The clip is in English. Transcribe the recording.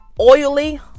oily